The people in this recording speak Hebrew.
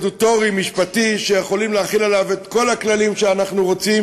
סטטוטורי-משפטי שיכולים להחיל עליו את כל הכללים שאנחנו רוצים,